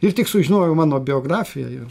ir tik sužinojo mano biografiją ir